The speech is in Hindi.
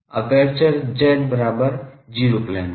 एपर्चर z बराबर 0 प्लेन में है